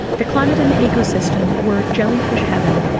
the climate and the ecosystem were jellyfish heaven,